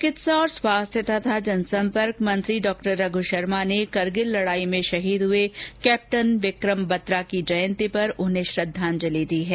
चिकित्सा और स्वास्थ्य तथा जनसंपर्क मंत्री डॉक्टर रघू शर्मा ने करगिल लड़ाई में शहीद हुए कैप्टन विक्रम बत्रा की जयंती पर उन्हें श्रद्वांजलि दी है